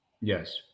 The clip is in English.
Yes